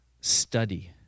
study